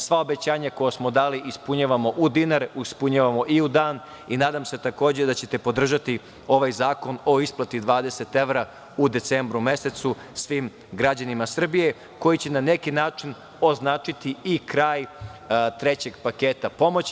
Sva obećanja koja smo dali ispunjavamo u dinar, ispunjavamo i u dan i nadam se da ćete podržati ovaj zakon o isplati 20 evra u decembru mesecu svim građanima Srbije, koji će na neki način označiti i kraj trećeg paketa pomoći.